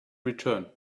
return